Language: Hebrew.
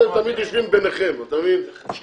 אתם תמיד יושבים ביניכם שניים,